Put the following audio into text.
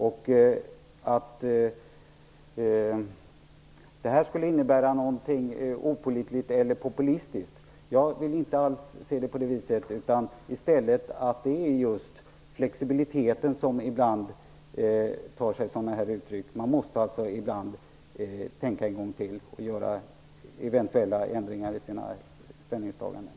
Skulle det här innebära något opålitligt eller populistiskt? Nej, jag vill inte alls se det på det viset. I stället är det flexibliteten som ibland tar sig sådana här uttryck. Man måste tänka en gång till och göra eventuella ändringar i sina ställningstaganden.